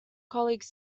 colleague